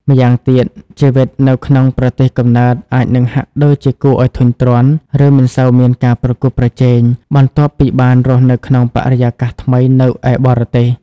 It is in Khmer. ម្យ៉ាងទៀត ជីវិតនៅក្នុងប្រទេសកំណើតអាចនឹងហាក់ដូចជាគួរឱ្យធុញទ្រាន់ ឬមិនសូវមានការប្រកួតប្រជែង បន្ទាប់ពីបានរស់នៅក្នុងបរិយាកាសថ្មីនៅឯបរទេស។